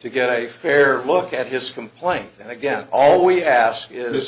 to get a fair look at his from play and again all we ask is